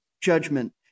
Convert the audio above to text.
judgment